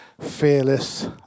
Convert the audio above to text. fearless